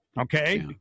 Okay